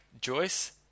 Joyce